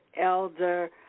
Elder